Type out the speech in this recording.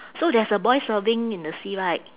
so there's a boy surfing in the sea right